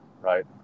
right